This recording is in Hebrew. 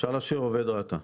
אפשר להשאיר "עובד רת"א".